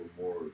more